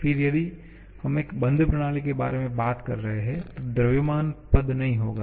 फिर यदि हम एक बंद प्रणाली के बारे में बात कर रहे हैं तो द्रव्यमान पद नहीं होगा